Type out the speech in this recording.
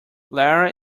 lara